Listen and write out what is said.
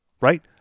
right